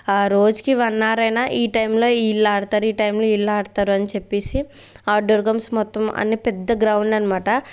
రోజుకి one hour అయిన ఈ టైమ్లో వీళ్ళు ఆడుతారు ఈ టైమ్లో వీళ్ళు ఆడుతారు అని చెప్పేసి ఔట్డోర్ గేమ్స్ మొత్తం అన్ని పెద్ద గ్రౌండ్ అన్నమాట